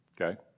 okay